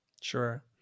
Sure